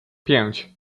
pięć